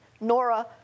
Nora